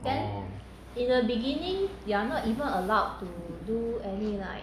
orh